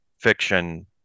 fiction